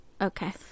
Okay